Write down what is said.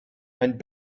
and